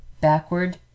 backward